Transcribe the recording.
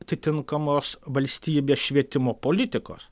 atitinkamos valstybės švietimo politikos